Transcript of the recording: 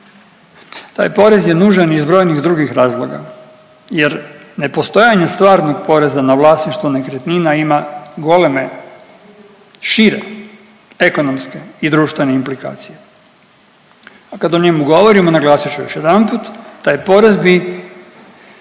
Taj porez je nužan iz brojnih drugih razloga jer nepostojanje stvarnog poreza na vlasništvo nekretnina ima goleme šire ekonomske i društvene implikacije. A kad o njemu govorimo naglasit ću još jedanput taj porez bi,